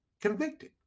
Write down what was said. convicted